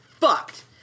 fucked